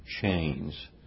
chains